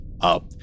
up